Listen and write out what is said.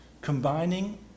combining